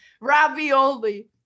ravioli